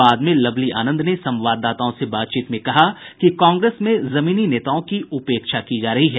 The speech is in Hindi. बाद में लवली आनंद ने संवाददाताओं से बातचीत में कहा कि कांग्रेस में जमीनी नेताओं की उपेक्षा की जा रही है